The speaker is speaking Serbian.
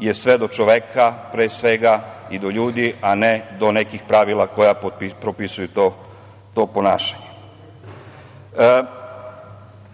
je sve do čoveka, pre svega, i do ljudi, a ne do nekih pravila koja propisuju to ponašanje. Da